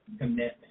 commitment